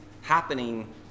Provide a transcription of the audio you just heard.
happening